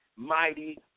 mighty